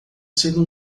sendo